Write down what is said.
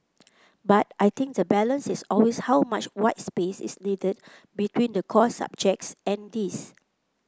but I think the balance is always how much white space is needed between the core subjects and this